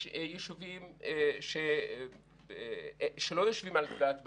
יש יישובים שלא יושבים על תביעת בעלות,